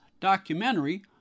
documentary